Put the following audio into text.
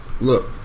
look